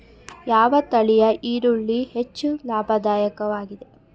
ಯಾವ ತಳಿಯ ಈರುಳ್ಳಿ ಹೆಚ್ಚು ಲಾಭದಾಯಕವಾಗಿದೆ?